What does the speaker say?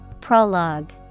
Prologue